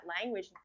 language